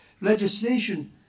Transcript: legislation